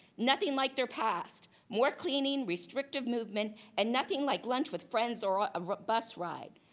nothing like their past. more cleaning, restrictive movement, and nothing like lunch with friends or a bus ride.